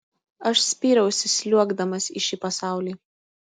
aš spyriausi sliuogdamas į šį pasaulį